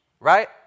right